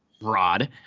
rod